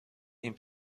این